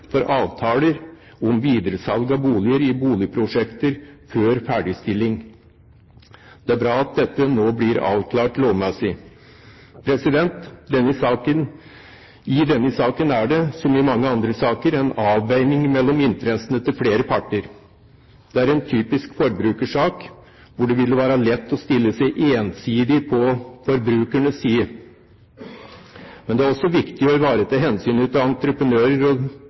for avtaler om videresalg av boliger i boligprosjekter før ferdigstilling. Det er bra at dette nå blir avklart lovmessig. I denne saken er det, som i mange andre saker, en avveining mellom interessene til flere parter. Dette er en typisk forbrukersak hvor det vil være lett å stille seg ensidig på forbrukernes side. Men det er også viktig å ivareta hensynet til entreprenører og